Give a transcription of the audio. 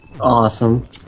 awesome